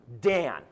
Dan